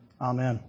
Amen